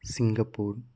Singapore